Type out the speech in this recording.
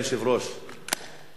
ההצעה להעביר את הנושא לוועדת החינוך,